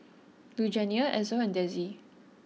Lugenia Ezell and Dezzie